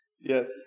yes